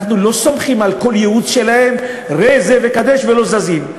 אנחנו לא סומכים על כל ייעוץ שלהם כזה ראה וקדש ולא זזים.